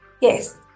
Yes